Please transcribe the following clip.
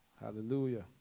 Hallelujah